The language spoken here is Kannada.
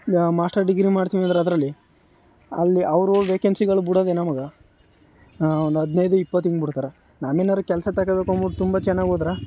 ಈಗ ಮಾಸ್ಟರ್ ಡಿಗ್ರಿ ಮಾಡ್ತೀವಿ ಅಂದ್ರೆ ಅದರಲ್ಲಿ ಅಲ್ಲಿ ಅವರೂ ವೇಕೆನ್ಸಿಗಳು ಬಿಡೋದೆ ನಮಗೆ ಒಂದು ಹದಿನೈದು ಇಪ್ಪತ್ತು ಹಿಂಗೆ ಬಿಡ್ತಾರೆ ನಾನು ಏನಾದ್ರು ಕೆಲಸ ತಗೊಳ್ಬೇಕು ಅಂದ್ಬಿಟ್ಟು ತುಂಬ ಚೆನ್ನಾಗಿ ಹೋದ್ರ